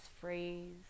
phrase